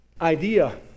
idea